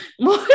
more